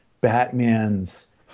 Batman's